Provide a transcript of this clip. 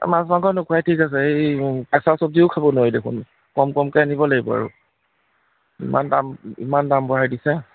মাছ মাংস নোখোৱাই ঠিক আছে এই কেঁচা চবজিও খাব নোৱাৰি দেখোন কম কমকৈ আনিব লাগিব আৰু ইমান দাম ইমান দাম বঢ়াই দিছে